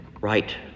right